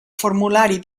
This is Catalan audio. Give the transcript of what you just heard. formulari